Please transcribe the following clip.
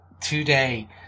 today